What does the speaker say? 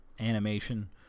Animation